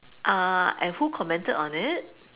uh and who commented on it